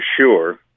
sure